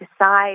decide